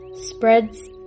spreads